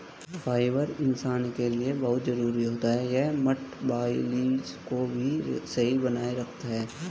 fibre इंसान के लिए बहुत जरूरी होता है यह मटबॉलिज़्म को भी सही बनाए रखता है